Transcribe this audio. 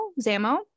Zamo